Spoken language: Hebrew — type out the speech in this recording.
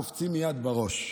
קופצות מייד בראש.